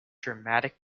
dramatic